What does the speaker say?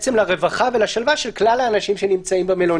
לרווחה ולשלווה של כלל האנשים שנמצאים במלוניות.